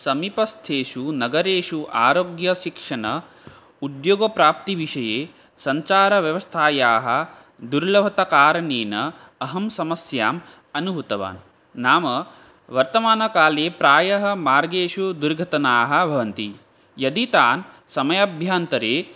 समीपस्थेषु नगरेषु आरोग्यशिक्षण उद्योगप्राप्तिविषये सञ्चारव्यवस्थायाः दुर्लभताकारणेन अहं समस्याम् अनुभूतवान् नाम वर्तमानकाले प्रायः मार्गेषु दुर्घटनाः भवन्ति यदि तान् समयाभ्यन्तरे